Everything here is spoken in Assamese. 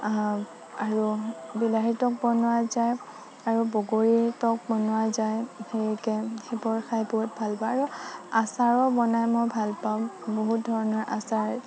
আৰু বিলাহী টক বনোৱা যায় আৰু বগৰীৰ টক বনোৱা যায় সেনেকে সেইবোৰ খাই বহুত ভাল পাওঁ আৰু আচাৰো বনাই মই ভাল পাওঁ বহুত ধৰণৰ আচাৰ